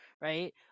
Right